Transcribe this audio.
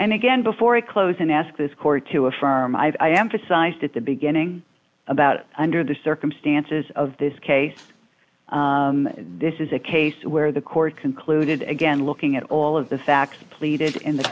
and again before we close and ask this court to affirm i emphasized at the beginning about under the circumstances of this case this is a case where the court concluded again looking at all of the facts pleaded in the